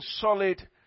solid